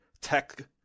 tech